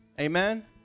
Amen